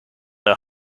her